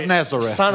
Nazareth